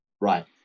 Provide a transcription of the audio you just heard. Right